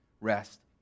rest